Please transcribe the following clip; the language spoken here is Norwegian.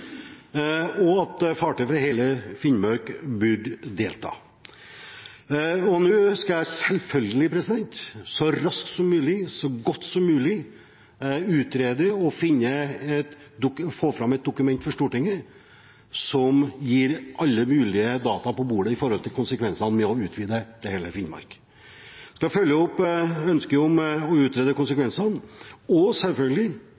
og at fartøy fra hele Finnmark burde delta. Nå skal jeg selvfølgelig så raskt som mulig og så godt som mulig utrede og få fram et dokument for Stortinget som gir alle mulige data på bordet når det gjelder konsekvensene av å utvide til hele Finnmark. Da følger jeg opp ønsket om å utrede konsekvensene og – selvfølgelig